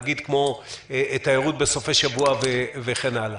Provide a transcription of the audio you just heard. נניח כמו תיירות בסופי שבוע וכן הלאה.